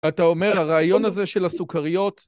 אתה אומר, הרעיון הזה של הסוכריות?